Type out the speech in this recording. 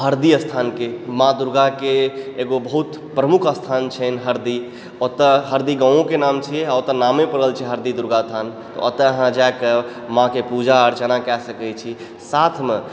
हरदी स्थानके माँ दुर्गाके एगो बहुत प्रमुख स्थान छनि हरदी ओतऽ हरदी गाँमोके नाम छै आओर नामे पड़ल छै हरदी दुर्गा स्थान ओतऽअहाँ जाए कऽ माँ के पूजा अर्चना कए सकै छी साथमे